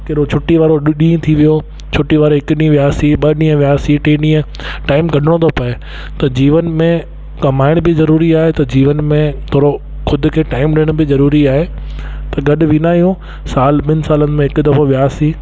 कहिड़ो छुटीअ वारो ॾींहुं थी वियो छुटी वारे हिकु ॾींहुं वियासींं ॿ ॾींहं वियासीं टे ॾींहं टाईम कढिणो थो पए त जीवन में कमाइणु बि ज़रूरी आहे त जीवन में थोरो ख़ुदि खे टाईम ॾियणु बि ज़रूरी आहे त गॾु वेंदा आहियूं साल ॿिनि सालनि में हिकु दफ़ो वियासीं